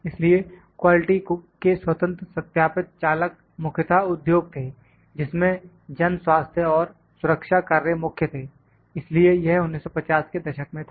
इसलिए क्वालिटी के स्वतंत्र सत्यापित चालक मुख्यतः उद्योग थे जिसमें जन स्वास्थ्य और सुरक्षा कार्य मुख्य थे इसलिए यह 1950 के दशक में था